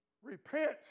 Repent